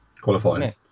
Qualifying